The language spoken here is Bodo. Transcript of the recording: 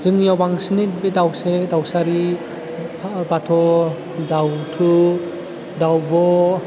जोंनियाव बांसिनै बे दाउसेन दाउसारि हा बाथ' दाउथु दाउब'